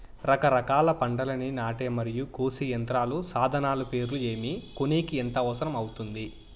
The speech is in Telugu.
రకరకాల పంటలని నాటే మరియు కోసే యంత్రాలు, సాధనాలు పేర్లు ఏమి, కొనేకి ఎంత అవసరం అవుతుంది?